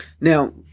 Now